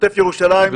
עוטף ירושלים,